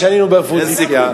כשהיינו באופוזיציה,